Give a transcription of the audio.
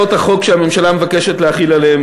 הבית לחוק הרציפות שביקשה הממשלה לגבי חוקים